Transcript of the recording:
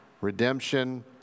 redemption